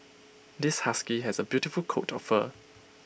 this husky has A beautiful coat of fur